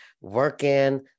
working